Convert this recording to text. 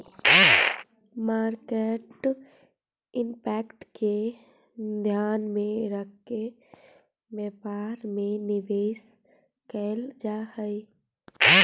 market impact के ध्यान में रखके व्यापार में निवेश कैल जा हई